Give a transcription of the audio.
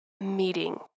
meeting